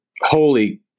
holy